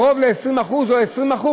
של קרוב ל-20% או 20%